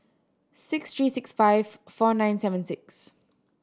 six three six five four nine seven six